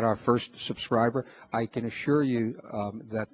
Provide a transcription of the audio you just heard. got our first subscriber i can assure you that